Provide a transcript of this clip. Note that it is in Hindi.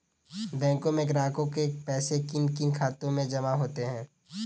बैंकों में ग्राहकों के पैसे किन किन खातों में जमा होते हैं?